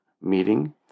meeting